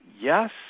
yes